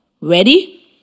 Ready